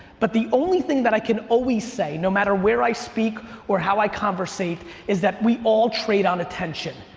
but the only thing that i can always say, no matter where i speak or how i converse, is that we all trade on attention,